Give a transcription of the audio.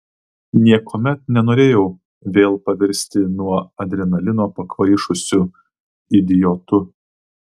niekuomet nenorėjau vėl pavirsti nuo adrenalino pakvaišusiu idiotu